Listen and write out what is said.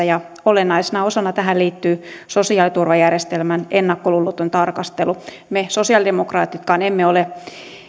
ja olennaisena osana tähän liittyy sosiaaliturvajärjestelmän ennakkoluuloton tarkastelu me sosialidemokraatitkaan emme ole